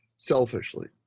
selfishly